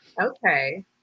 Okay